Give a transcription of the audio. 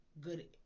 good